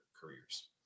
careers